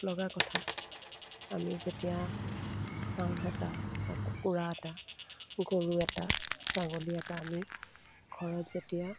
দুখ লগা কথা আমি যেতিয়া হাঁহ এটা বা কুকুৰা এটা গৰু এটা ছাগলী এটা আমি ঘৰত যেতিয়া